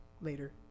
later